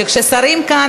שכששרים כאן,